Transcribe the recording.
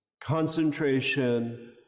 Concentration